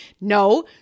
no